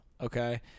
Okay